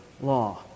law